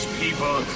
people